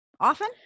often